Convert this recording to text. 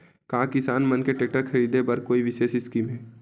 का किसान मन के टेक्टर ख़रीदे बर कोई विशेष स्कीम हे?